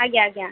ଆଜ୍ଞା ଆଜ୍ଞା